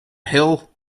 hell